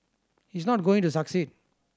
he's not going to succeed